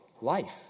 life